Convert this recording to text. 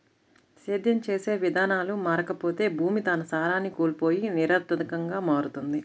సేద్యం చేసే విధానాలు మారకపోతే భూమి తన సారాన్ని కోల్పోయి నిరర్థకంగా మారుతుంది